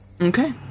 Okay